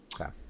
Okay